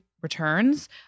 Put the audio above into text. returns